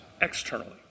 externally